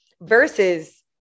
versus